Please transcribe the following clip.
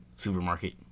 supermarket